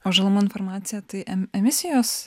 žalumo informacija tai e emisijos